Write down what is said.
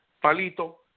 palito